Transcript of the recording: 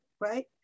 right